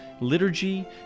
liturgy